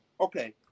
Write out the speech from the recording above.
Okay